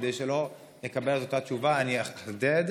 כדי שלא אקבל את אותה תשובה, אני אחדד: